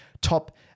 top